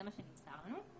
זה מה שנמסר לנו,